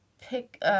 pick